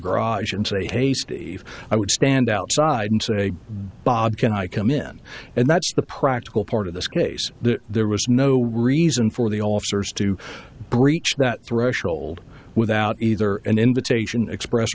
garage and say hey steve i would stand outside and say bob can i come in and that's the practical part of this case that there was no reason for the officers to breach that threshold without either an invitation express